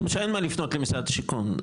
שאין מה לפנות למשרד השיכון,